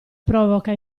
provoca